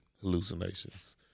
hallucinations